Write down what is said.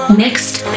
next